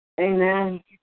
Amen